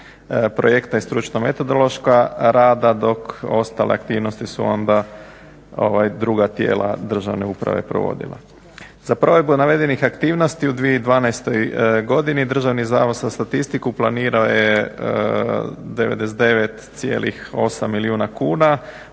projektna i stručno-metodološka rada dok ostale aktivnosti su onda druga tijela državne uprave provodila. Za provedbu navedenih aktivnosti u 2012. godini Državni zavod za statistiku planirao je 99,8 milijuna kuna.